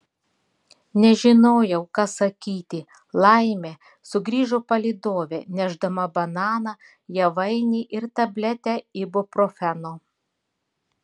nežinojau ką sakyti laimė sugrįžo palydovė nešdama bananą javainį ir tabletę ibuprofeno